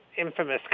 infamous